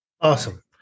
Awesome